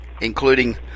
including